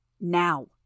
Now